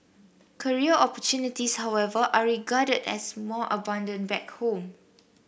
career opportunities however are regarded as more abundant back home